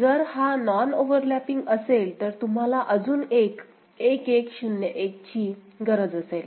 जर हा non overlapping असेल तर तुम्हाला अजून एक 1 1 0 1 ची गरज असेल